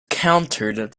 countered